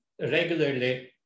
regularly